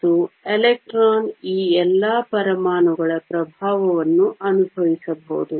ಮತ್ತು ಎಲೆಕ್ಟ್ರಾನ್ ಈ ಎಲ್ಲಾ ಪರಮಾಣುಗಳ ಪ್ರಭಾವವನ್ನು ಅನುಭವಿಸಬಹುದು